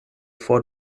vor